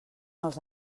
els